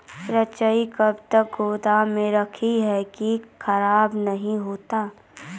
रईचा कब तक गोदाम मे रखी है की खराब नहीं होता?